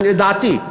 לדעתי,